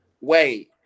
wait